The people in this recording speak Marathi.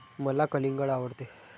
मला कलिंगड आवडते